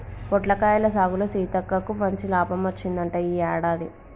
పొట్లకాయల సాగులో సీతక్కకు మంచి లాభం వచ్చిందంట ఈ యాడాది